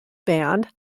band